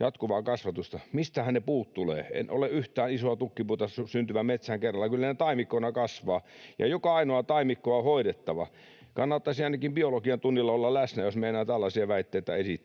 jatkuvaa kasvatusta. Mistähän ne puut tulevat? En ole nähnyt yhtään isoa tukkipuuta syntyvän metsään kerralla, kyllä ne taimikkona kasvavat, ja joka ainoa taimikko on hoidettava. Kannattaisi ainakin biologian tunnilla olla läsnä, jos meinaa tällaisia väitteitä esittää,